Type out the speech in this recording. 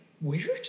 Weird